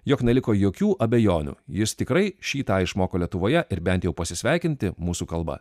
jog neliko jokių abejonių jis tikrai šį tą išmoko lietuvoje ir bent jau pasisveikinti mūsų kalba